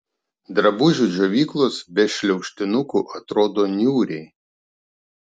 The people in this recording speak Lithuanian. drabužių džiovyklos be šliaužtinukų atrodo niūriai